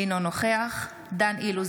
אינו נוכח דן אילוז,